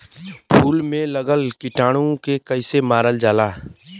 फूल में लगल कीटाणु के कैसे मारल जाला?